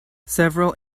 several